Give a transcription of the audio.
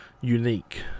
unique